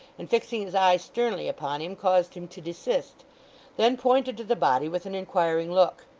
and fixing his eye sternly upon him caused him to desist then pointed to the body with an inquiring look.